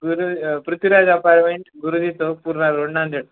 Guru Prithviraj apartment Guruji Chowk Purna road Nanded